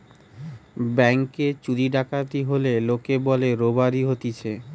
ব্যাংকে চুরি ডাকাতি হলে লোকে বলে রোবারি হতিছে